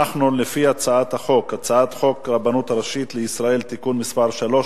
הצעת חוק הרבנות הראשית לישראל (תיקון מס' 3),